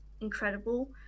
incredible